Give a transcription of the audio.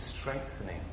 strengthening